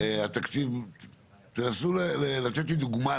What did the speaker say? תנסו לתת לי דוגמה.